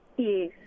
Yes